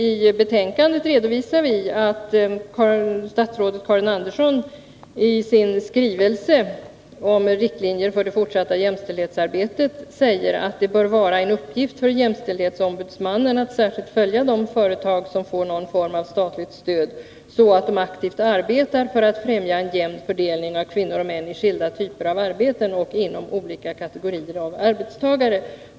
I betänkandet har vi framhållit att statsrådet Karin Andersson i sin skrivelse om riktlinjer för det fortsatta jämställdhetsarbetet säger att det bör vara en uppgift för jämställdhetsombudsmannen att särskilt följa de företag som får någon form av statligt stöd, så att de aktivt arbetar för att främja en jämn fördelning av män och kvinnor i skilda typer av arbete och inom olika kategorier av arbetstagare.